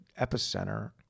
epicenter